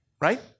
right